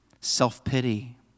Self-pity